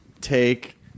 take